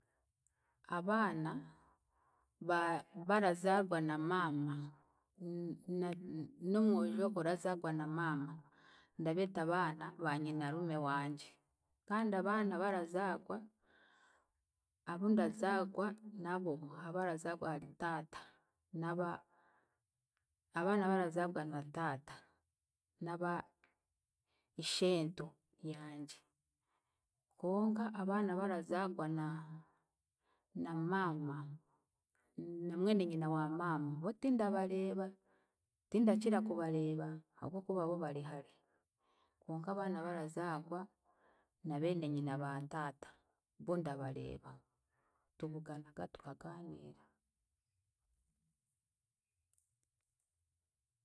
Abaana ba- barazaagwa na maama n- na- n- n'omwojo orazaagwa na maama, ndabeeta abaana ba nyinarume wangye kandi abaana barazaagwa, abu ndazaagwa nabo, abarazaagwa hari taata naba abaana abarazaagwa na taata, n'aba ishento yangye konka abaana abarazaagwa na na maama, na mwene nyina wa maama bo tindabareeba, tindakira kubareeba habw'okuba bo bari hare, konka abaana abarazaagwa na beene nyina ba taata, bo ndabareeba, tubuganaga tukagaaniira.